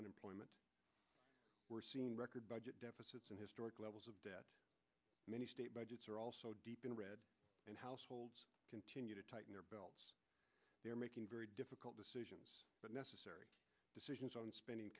unemployment budget deficits in historic levels of debt many state budgets are also deep in red and households continue to tighten their belt they are making very difficult decisions but necessary decisions on spending